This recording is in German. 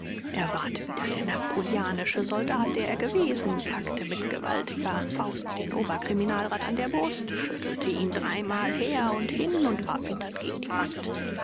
er ward wieder der napoleonische soldat der er gewesen packte mit gewaltiger faust den oberkriminalrat an der brust schüttelte ihn dreimal her und hin und warf ihn dann gegen die wand